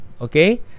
okay